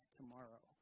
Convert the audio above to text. tomorrow